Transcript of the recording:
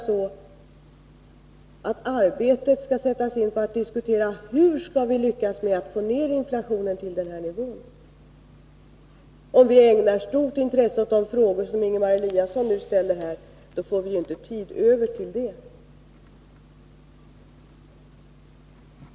Arbetet måste ändå sättas in på att diskutera hur vi skall lyckas med att få ner inflationen till den här nivån; om vi ägnar stort intresse åt de frågor som Ingemar Eliasson nu ställer, då får vi inte tid över till det.